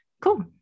Cool